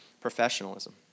professionalism